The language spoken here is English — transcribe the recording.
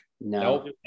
No